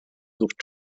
sucht